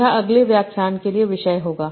यह अगले व्याख्यान के लिए विषय होगा